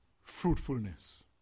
fruitfulness